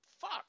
fuck